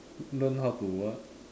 learn how to what